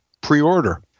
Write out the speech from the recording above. pre-order